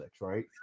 right